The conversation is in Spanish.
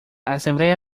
asamblea